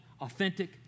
authentic